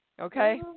Okay